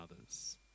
others